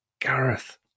Gareth